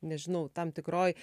nežinau tam tikroj